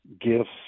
gifts